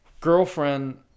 girlfriend